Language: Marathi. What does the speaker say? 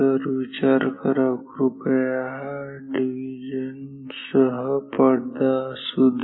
तर विचार करा कृपया हा डिव्हिजन सह पडदा असू द्या